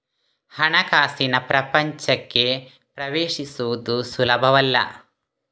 ಹಣಕಾಸಿನ ಪ್ರಪಂಚಕ್ಕೆ ಪ್ರವೇಶಿಸುವುದು ಸುಲಭವಲ್ಲ